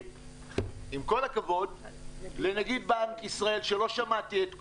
עם כל הכבוד לנגיד בנק ישראל שלא שמעתי את קולו.